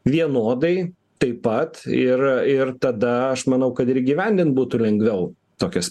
vienodai taip pat ir ir tada aš manau kad ir įgyvendint būtų lengviau tokias